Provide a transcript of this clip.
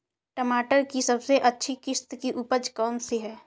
टमाटर की सबसे अच्छी किश्त की उपज कौन सी है?